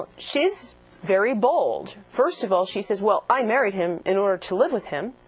but she's very bold. first of all, she says well, i married him in order to live with him.